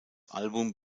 album